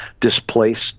displaced